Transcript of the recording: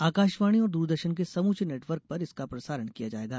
आकाशवाणी और द्रदर्शन के समूचे नेटवर्क पर इसका प्रसारण किया जाएगा